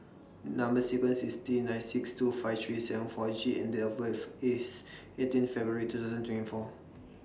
Number sequence IS T nine six two five three seven four G and Date of birth IS eighteen February two thousand twenty four